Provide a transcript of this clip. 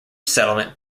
settlement